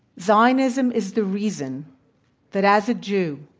zionism is the reason that, as a jew,